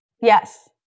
Yes